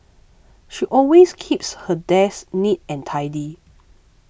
she always keeps her desk neat and tidy